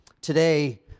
Today